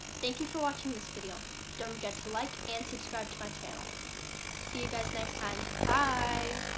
thank you for watching this video don't forget to like and subscribe to my channel see you guys next time bye